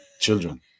Children